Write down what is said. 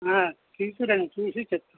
తీసుకురండి చూసి చెప్తాను